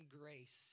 grace